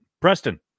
Preston